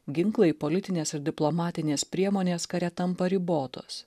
ginklai politinės ir diplomatinės priemonės kare tampa ribotos